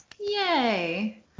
Yay